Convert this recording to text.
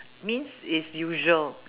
means is usual